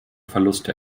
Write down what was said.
verluste